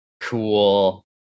Cool